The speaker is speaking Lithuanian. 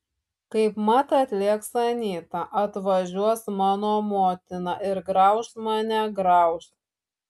kaipmat atlėks anyta atvažiuos mano motina ir grauš mane grauš